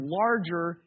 larger